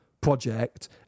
project